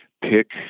pick